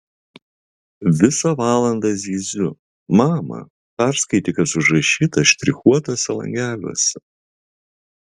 visą valandą zyziu mama perskaityk kas užrašyta štrichuotuose langeliuose